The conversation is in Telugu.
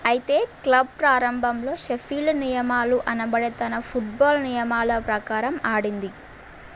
అయితే క్లబ్ ప్రారంభంలో షెఫీల్డ్ నియమాలు అనబడే తన ఫుట్బాల్ నియమాల ప్రకారం ఆడింది